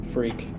Freak